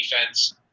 defense